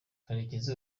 karekezi